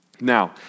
Now